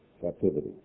captivity